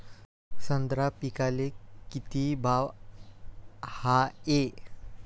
संत्रा पिकाले किती भाव हाये?